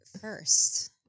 first